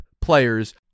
players